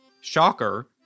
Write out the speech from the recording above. Shocker